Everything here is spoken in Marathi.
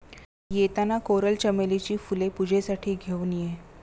येताना कोरल चमेलीची फुले पूजेसाठी घेऊन ये